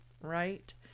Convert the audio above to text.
Right